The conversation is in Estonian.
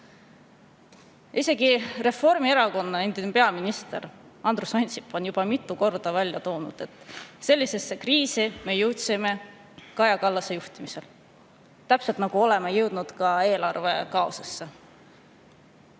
Isegi Reformierakonna endine peaminister Andrus Ansip on juba mitu korda välja toonud, et sellisesse kriisi me jõudsime Kaja Kallase juhtimisel, täpselt nagu jõudsime ka eelarvekaosesse.